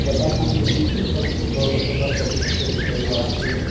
ডেকা চাম যিখিনি ধৰক ওঠৰ বছৰ বা পঁচিছ বছৰ ভিতৰৰ ল'ৰাখিনিয়ে